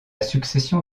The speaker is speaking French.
succession